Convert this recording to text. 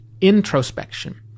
introspection